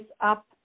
up